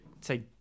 say